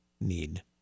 need